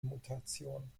mutation